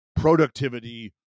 productivity